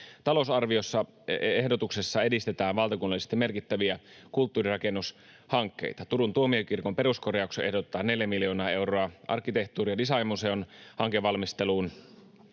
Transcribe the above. Talousarvioehdotuksessa edistetään valtakunnallisesti merkittäviä kulttuurirakennushankkeita. Turun tuomiokirkon peruskorjaukseen ehdotetaan 4 miljoonaa euroa, arkkitehtuuri- ja designmuseon hankevalmisteluun